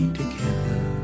together